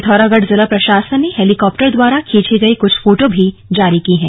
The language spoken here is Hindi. पिथौरागढ़ जिला प्रशासन ने हैलीकाप्टर द्वारा खींची गयी कुछ फोटो भी जारी की हैं